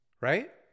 right